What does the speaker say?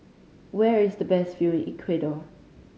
where is the best view in Ecuador